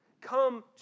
Come